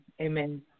Amen